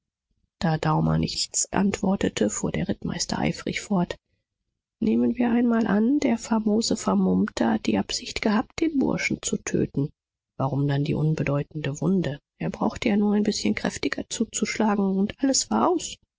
räuberhistorie da daumer nichts antwortete fuhr der rittmeister eifrig fort nehmen wir einmal an der famose vermummte hat die absicht gehabt den burschen zu töten warum dann die unbedeutende wunde er brauchte ja nur ein bißchen kräftiger zuzuschlagen und alles war aus